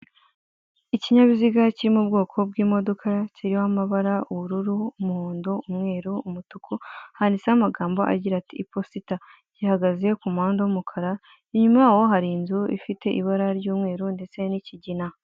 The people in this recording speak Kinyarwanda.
Ikinyabiziga kiri mu bwoko bwi imodoka kiriho amabara ubururu, umuhondo, umweru umutuku cyanditseho amagambo agira ati ngiposita gihagaze ku muhanda w'umukara inyuma yaho hari inzu ifite ibara ry'umweru ndetse n'ikigina.